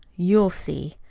you'll see.